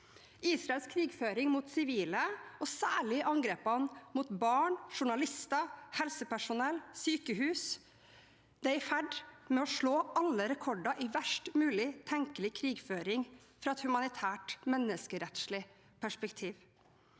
Israels krigføring mot sivile, og særlig angrepene mot barn, journalister, helsepersonell og sykehus, er i ferd med å slå alle rekorder i verst mulig tenkelig krigføring fra et humanitært, menneskerettslig perspektiv.